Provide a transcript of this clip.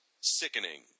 sickening